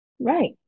Right